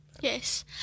Yes